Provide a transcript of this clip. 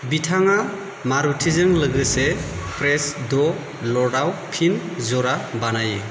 बिथाङा मरुटिजों लोगोसे प्रेस द' लर्डआव फिन ज'रा बानायो